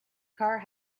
car